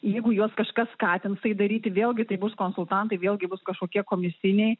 jeigu juos kažkas skatins tai daryti vėlgi tai bus konsultantai vėlgi bus kažkokie komisiniai